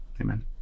amen